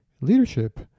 leadership